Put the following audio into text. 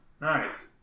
Nice